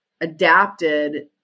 adapted